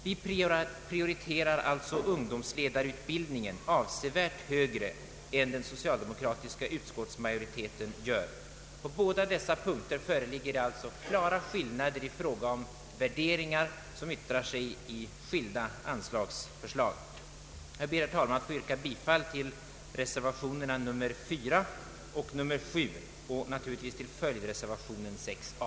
Vi prioriterar ungdomsledarutbildningen avsevärt högre än vad den socialdemokratiska utskottsmajoriteten gör. På båda dessa punkter föreligger alltså klara skillnader i fråga om värderingar, vilket yttrar sig i skilda anslagsförslag. Jag ber, herr talman, att få yrka bifall till reservationen 4 samt naturligtvis till följdreservationen 6 a.